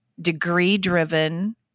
degree-driven